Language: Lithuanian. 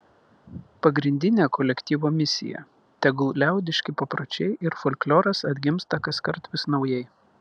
pagrindinė kolektyvo misija tegul liaudiški papročiai ir folkloras atgimsta kaskart vis naujai